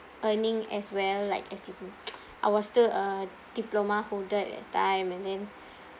earning as well like as in I was still a diploma holder at that time and then